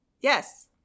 Yes